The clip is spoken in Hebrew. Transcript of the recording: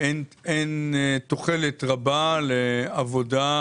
ואין תוחלת רבה לעבודה,